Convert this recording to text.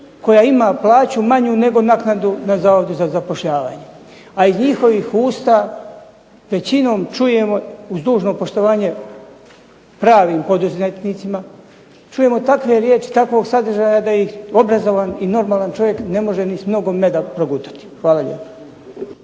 nego naknadu za nezaposlene na Zavodu za zapošljavanje. A iz njihovih usta većinom čujemo uz dužno poštovanje pravim poduzetnicima, čujemo takve riječi, takvog sadržaja da ih obrazovan i normalan čovjek ne može ni s mnogo meda progutati. Hvala lijepa.